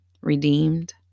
redeemed